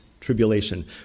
tribulation